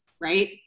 right